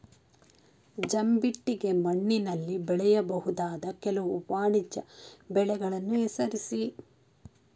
ಜಂಬಿಟ್ಟಿಗೆ ಮಣ್ಣಿನಲ್ಲಿ ಬೆಳೆಯಬಹುದಾದ ಕೆಲವು ವಾಣಿಜ್ಯ ಬೆಳೆಗಳನ್ನು ಹೆಸರಿಸಿ?